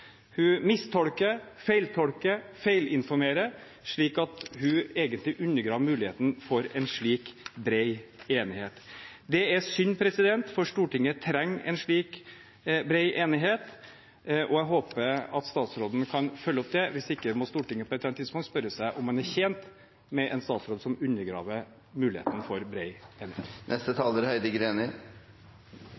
Hun mistolker, feiltolker, feilinformerer, slik at hun egentlig undergraver muligheten for en slik bred enighet. Det er synd, for Stortinget trenger en slik bred enighet, og jeg håper at statsråden kan følge opp det. Hvis ikke må Stortinget på et eller annet tidspunkt spørre seg om man er tjent med en statsråd som undergraver muligheten for